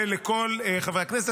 ולכל חברי הכנסת.